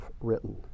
written